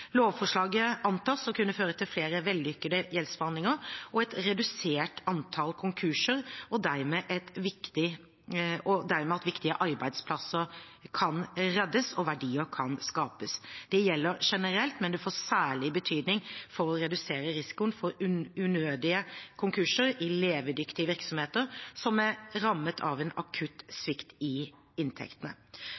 Lovforslaget antas å kunne føre til flere vellykkede gjeldsforhandlinger og et redusert antall konkurser, og dermed at viktige arbeidsplasser kan reddes og verdier kan skapes. Det gjelder generelt, men det får særlig betydning for å redusere risikoen for unødige konkurser i levedyktige virksomheter som er rammet av en akutt